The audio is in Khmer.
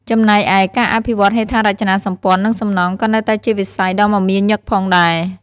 ចំណែកឯ ការអភិវឌ្ឍន៍ហេដ្ឋារចនាសម្ព័ន្ធ និងសំណង់ ក៏នៅតែជាវិស័យដ៏មមាញឹកផងដែរ។